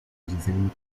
dizendo